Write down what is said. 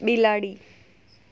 બિલાડી